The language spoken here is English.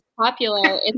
popular